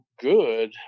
good